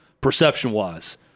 perception-wise